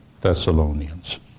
Thessalonians